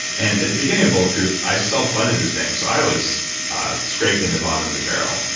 and at the beginning of bulletproof, i self funded this thing, so i was scraping the bottom of the barrel.